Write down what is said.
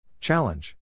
Challenge